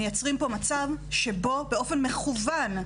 מייצרים פה מצב שבו באופן מכוון,